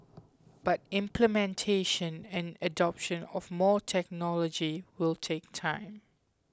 but implementation and adoption of more technology will take time